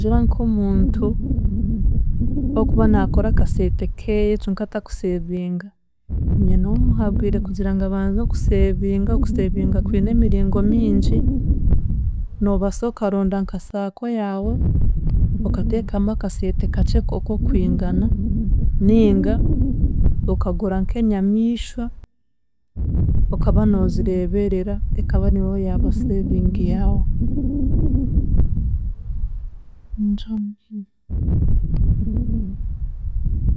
Ningira nk'omuntu okuba naakora akasente keeye kyonka atakusavinga, noomuhabwire kugira ngu abanze okusevinga, okusevinga kwine emiringo mingi, noobaasa akaronda nka SACCO yaawe okateekamu akasente kakye okwo kwingana, ninga okagura nk'enyamiishwa okaba noozireeberera ekaba niyo yaaba saving yaawe, ningira nibyebyo.